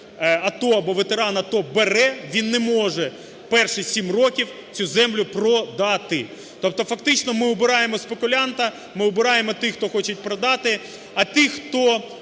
АТО або ветеран АТО бере, він не може перші 7 років цю землю продати. Тобто фактично ми убираємо спекулянта, ми убираємо тих, хто хоче продати. А тих, хто